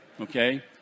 Okay